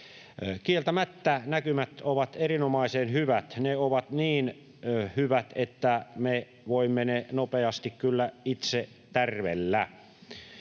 Kieltämättä näkymät ovat erinomaisen hyvät. Ne ovat niin hyvät, että me voimme ne nopeasti kyllä itse tärvellä.